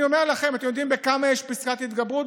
אני אומר לכם, אתם יודעים בכמה יש פסקת התגברות?